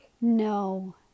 No